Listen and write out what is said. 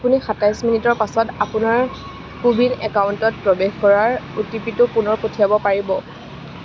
আপুনি সাতাইছ মিনিটৰ পাছত আপোনাৰ কোৱিন একাউণ্টত প্ৰৱেশ কৰাৰ অ'টিপিটো পুনৰ পঠিয়াব পাৰিব